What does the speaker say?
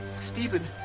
Stephen